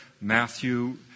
Matthew